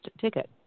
ticket